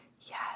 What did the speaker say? Yes